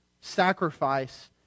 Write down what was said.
sacrifice